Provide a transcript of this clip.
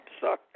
sorry